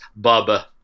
Bubba